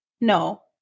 no